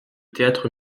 théâtre